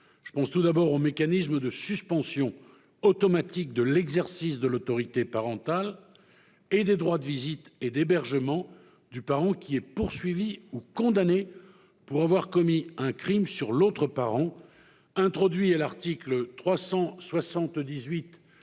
Je pense, tout d'abord, au mécanisme de suspension automatique de l'exercice de l'autorité parentale et des droits de visite et d'hébergement du parent qui est poursuivi ou condamné pour avoir commis un crime sur l'autre parent. Introduit à l'article 378-2